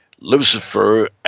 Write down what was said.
Lucifer